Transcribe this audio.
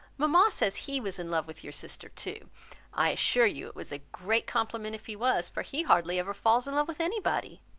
mama says he was in love with your sister too i assure you it was a great compliment if he was, for he hardly ever falls in love with any body.